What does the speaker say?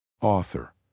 Author